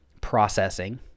processing